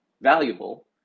valuable